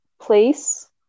Place